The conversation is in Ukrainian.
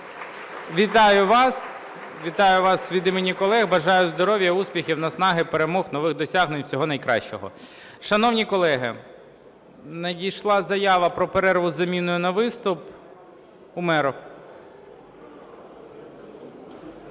Вітаю вас від імені колег! Бажаю здоров'я, успіхів, наснаги, перемог, нових досягнень, всього найкращого. Шановні колеги, надійшла заява про перерву із заміною на виступ. Умєров.